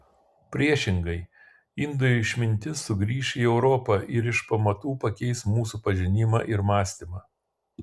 priešingai indų išmintis sugrįš į europą ir iš pamatų pakeis mūsų pažinimą ir mąstymą